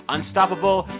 Unstoppable